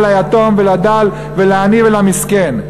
ליתום ולדל ולעני ולמסכן.